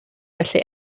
felly